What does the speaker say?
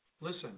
Listen